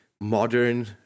modern